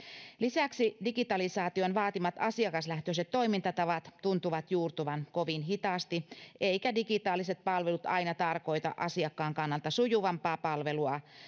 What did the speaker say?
lisäksi digitalisaation vaatimat asiakaslähtöiset toimintatavat tuntuvat juurtuvan kovin hitaasti eivätkä digitaaliset palvelut aina tarkoita asiakkaan kannalta sujuvampaa palvelua